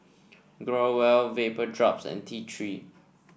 Growell Vapodrops and T Three